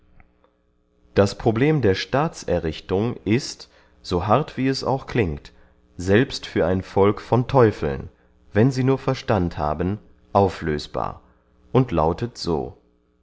das problem der staatserrichtung ist so hart wie es auch klingt selbst für ein volk von teufeln wenn sie nur verstand haben auflösbar und lautet so